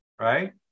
Right